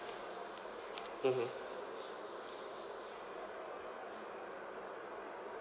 mmhmm